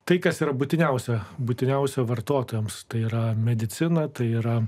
tai kas yra būtiniausia būtiniausia vartotojams tai yra medicina tai yra